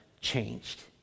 changed